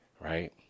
right